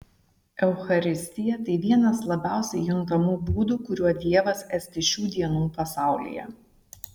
eucharistija tai vienas labiausiai juntamų būdų kuriuo dievas esti šių dienų pasaulyje